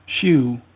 shoe